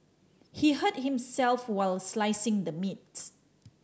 he hurt himself while slicing the meat